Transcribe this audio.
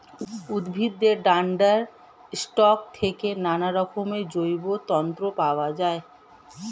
উদ্ভিদের ডান্ডার স্টক থেকে নানারকমের জৈব তন্তু পাওয়া যায়